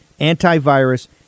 antivirus